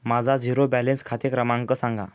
माझा zero balance खाते क्रमांक सांगा